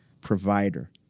provider